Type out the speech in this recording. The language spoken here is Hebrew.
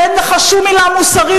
ואין לך שום עילה מוסרית,